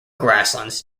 grasslands